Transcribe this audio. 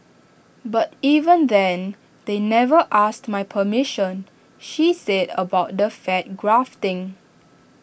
but even then they never asked my permission she said about the fat grafting